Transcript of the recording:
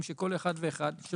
שכל אחד ואחד מהאנשים עם המוגבלות,